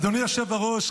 אדוני היושב-ראש,